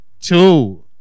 Two